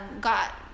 got